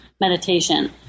meditation